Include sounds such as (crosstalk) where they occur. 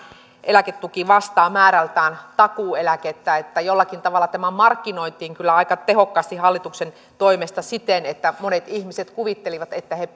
eläketuki vastaa määrältään takuueläkettä jollakin tavalla tämä markkinoitiin kyllä aika tehokkaasti hallituksen toimesta siten että monet ihmiset kuvittelivat että he (unintelligible)